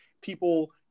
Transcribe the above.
people